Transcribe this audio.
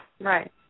Right